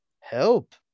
help